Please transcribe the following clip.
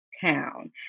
Town